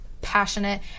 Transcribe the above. passionate